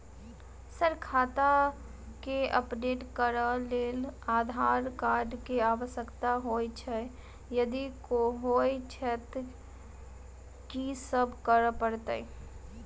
Sir खाता केँ update करऽ लेल आधार कार्ड केँ आवश्यकता होइ छैय यदि होइ छैथ की सब करैपरतैय?